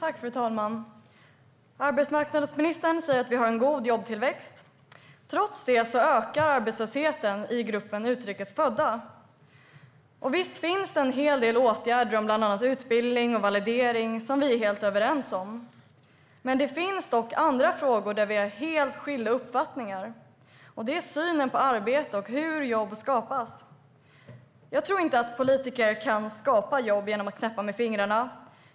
Fru talman! Arbetsmarknadsministern säger att vi har en god jobbtillväxt. Trots det ökar arbetslösheten i gruppen utrikes födda. Visst finns det en hel del åtgärder när det gäller utbildning och validering som vi är helt överens om. Men det finns andra frågor där vi har helt skilda uppfattningar. Det gäller synen på arbete och hur jobb skapas. Jag tror inte att politiker kan skapa jobb genom att knäppa med fingrarna.